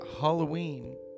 Halloween